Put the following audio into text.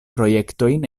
projektojn